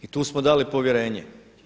I tu smo dali povjerenje.